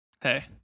hey